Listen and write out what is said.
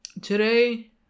today